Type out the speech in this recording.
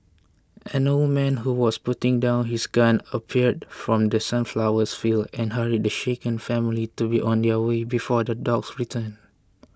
an old man who was putting down his gun appeared from The Sunflowers field and hurried the shaken family to be on their way before the dogs return